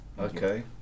Okay